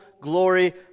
glory